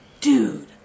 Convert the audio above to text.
dude